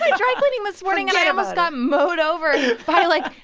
dry cleaning this morning, and i almost got mowed over by, like,